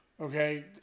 Okay